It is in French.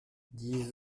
dix